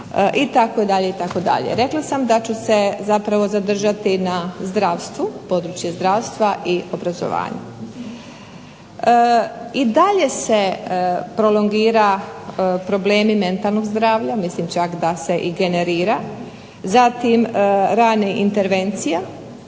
pravosuđa itd. itd. Rekla sam da ću se zapravo zadržati na zdravstvu, područje zdravstva i obrazovanju. I dalje se prolongira problemi mentalnog zdravlja. Mislim čak da se i generira. Zatim rane intervencija.